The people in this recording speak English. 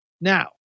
Now